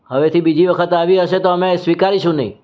હવેથી બીજી વખત આવી હશે તો અમે સ્વીકારીશું નહિ